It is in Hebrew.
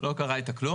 אתה חייב להעביר את זה.